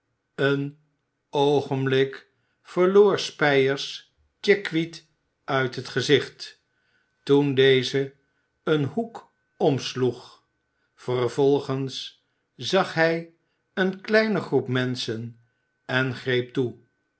een oogenblik verloor spyers chickweed uit het gezicht toen deze een hoek omsloeg vervolgens zag hij eene kleine groep menschen en greep toe